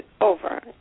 over